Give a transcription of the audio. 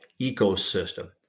ecosystem